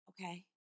Okay